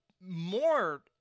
more